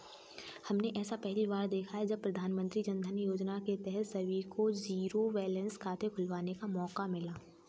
हमने ऐसा पहली बार देखा है जब प्रधानमन्त्री जनधन योजना के तहत सभी को जीरो बैलेंस खाते खुलवाने का मौका मिला